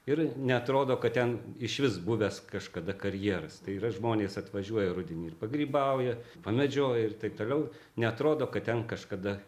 ir neatrodo kad ten išvis buvęs kažkada karjeras tai yra žmonės atvažiuoja rudenį ir pagrybauja pamedžioja ir taip toliau neatrodo kad ten kažkada